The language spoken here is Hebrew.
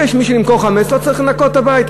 וכשיש מי שימכור חמץ לא צריך לנקות את הבית,